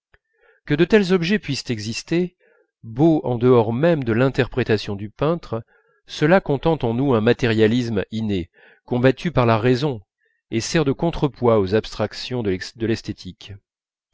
que de tels objets puissent exister beaux en dehors même de l'interprétation du peintre cela contente en nous un matérialisme inné combattu par la raison et sert de contrepoids aux abstractions de l'esthétique